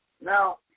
Now